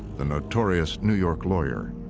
the notorious new york lawyer.